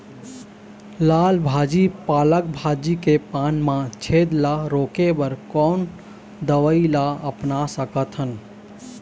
लाल भाजी पालक भाजी के पान मा छेद ला रोके बर कोन दवई ला अपना सकथन?